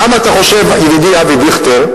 כמה אתה חושב, ידידי אבי דיכטר,